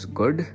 good